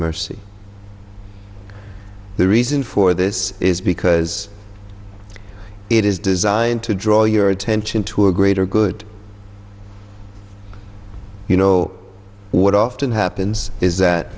mercy the reason for this is because it is designed to draw your attention to a greater good you know what often happens is that